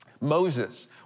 Moses